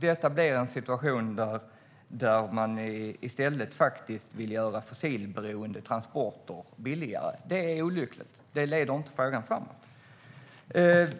Det uppstår en situation där man i stället vill göra fossilberoende transporter billigare. Det är olyckligt och leder inte frågan framåt.